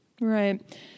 Right